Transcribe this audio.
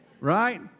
right